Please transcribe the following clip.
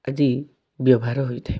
ଆଦି ବ୍ୟବହାର ହୋଇଥାଏ